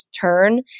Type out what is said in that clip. turn